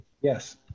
yes